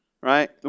right